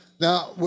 now